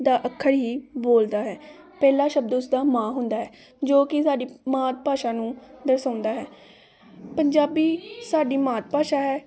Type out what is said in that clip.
ਦਾ ਅੱਖਰ ਹੀ ਬੋਲਦਾ ਹੈ ਪਹਿਲਾ ਸ਼ਬਦ ਉਸ ਦਾ ਮਾਂ ਹੁੰਦਾ ਹੈ ਜੋ ਕਿ ਸਾਡੀ ਮਾਤ ਭਾਸ਼ਾ ਨੂੰ ਦਰਸਾਉਂਦਾ ਹੈ ਪੰਜਾਬੀ ਸਾਡੀ ਮਾਤ ਭਾਸ਼ਾ ਹੈ